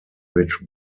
which